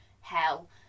hell